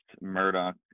Murdoch